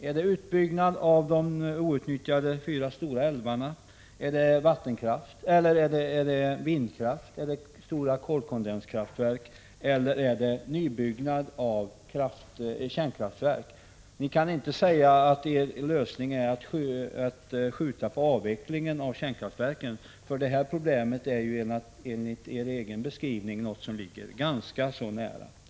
Är det utbyggnad av de outnyttjade fyra stora älvarna? Är det vindkraft, stora kolkondenskraftverk eller är det utbyggnad av kärnkraftverken? Ni kan inte säga att er lösning är att skjuta på avvecklingen av kärnkraftverken, för det här problemet är enligt er egen beskrivning något som ligger ganska nära i tiden.